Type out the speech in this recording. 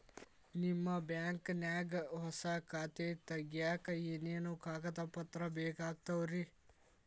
ನಿಮ್ಮ ಬ್ಯಾಂಕ್ ನ್ಯಾಗ್ ಹೊಸಾ ಖಾತೆ ತಗ್ಯಾಕ್ ಏನೇನು ಕಾಗದ ಪತ್ರ ಬೇಕಾಗ್ತಾವ್ರಿ?